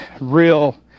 real